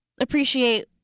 appreciate